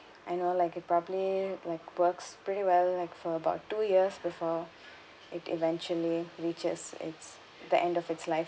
I know like it probably like works pretty well like for about two years before it eventually reaches its the end of its life